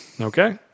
Okay